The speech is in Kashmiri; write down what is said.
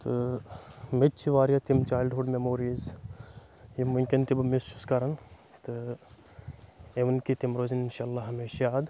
تہٕ مےٚ تہِ چھِ واریاہ تِم چایلڈہُڈ میموریٖز یِم وٕنکؠن تہِ بہٕ مِس چھُس کران تہٕ اِوٕن کہِ تِم روزن اِنشاء اللہ ہمیشہِ یاد